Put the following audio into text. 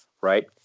right